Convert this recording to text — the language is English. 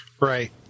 Right